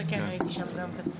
12, כן, ראיתי שם גם כן.